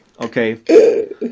okay